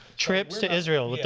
trips to israel?